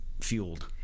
fueled